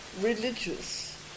religious